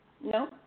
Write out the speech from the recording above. No